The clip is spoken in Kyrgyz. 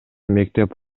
мектеп